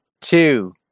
two